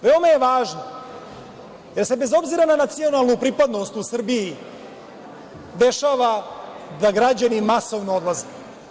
Veoma je važno, da se bez obzira na nacionalnu pripadnost u Srbiji, dešava da građani masovno odlaze.